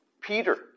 Peter